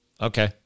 Okay